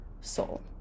soul